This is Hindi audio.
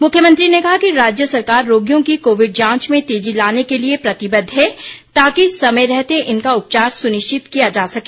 मुख्यमंत्री ने कहा कि राज्य सरकार रोगियों की कोविड जांच में तेजी लाने के लिए प्रतिबद्व है ताकि समय रहते इनका उपचार सुनिश्चित किया जा सके